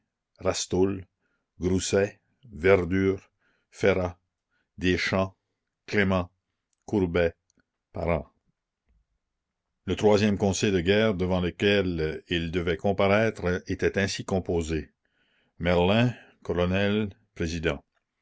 rastoul grousset verdure ferrat deschamps clément courbet parent le troisième conseil de guerre devant lequel ils devaient comparaître était ainsi composé merlin